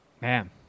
Man